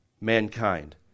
mankind